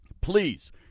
Please